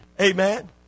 Amen